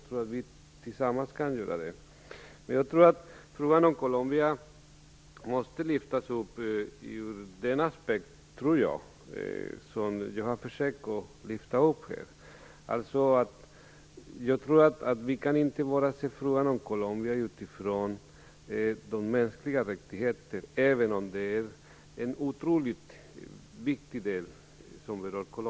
Tillsammans kan vi göra det. Frågan om Colombia måste tas upp ur en aspekt som jag har försökt lyfta fram. Vi kan inte bara se frågan om Colombia utifrån de mänskliga rättigheterna, även om det är en otroligt viktig del.